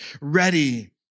ready